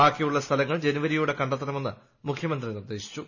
ബാക്കിയുള്ള സ്ഥലങ്ങൾ ജനുവരിയോട്ട് കണ്ടെത്തണമെന്ന് മുഖ്യമന്ത്രി നിർദ്ദേശിച്ചു